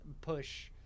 push